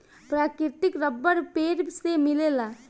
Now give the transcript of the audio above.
प्राकृतिक रबर पेड़ से मिलेला